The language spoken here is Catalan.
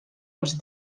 els